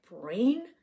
brain